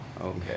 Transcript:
okay